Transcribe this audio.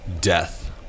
death